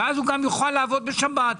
ואז הוא גם יוכל לעבוד בשבת,